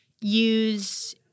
use